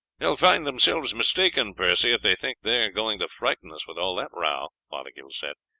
will find themselves mistaken, percy, if they think they are going to frighten us with all that row, fothergill said.